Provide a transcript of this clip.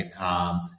right